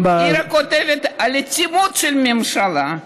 גם, היא רק כותבת על האטימות של הממשלה,